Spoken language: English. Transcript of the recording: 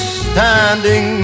standing